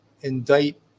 indict